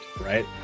right